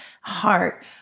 heart